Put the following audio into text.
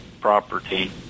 property